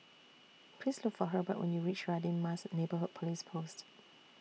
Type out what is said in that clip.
Please Look For Herbert when YOU REACH Radin Mas Neighbourhood Police Post